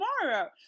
tomorrow